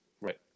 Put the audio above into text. Right